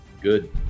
Good